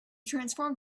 transformed